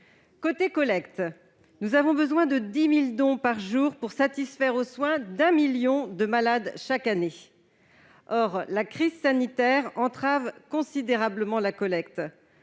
sang, l'EFS. Nous avons besoin de 10 000 dons par jour pour satisfaire aux soins de 1 million de malades chaque année. Or la crise sanitaire entrave considérablement la collecte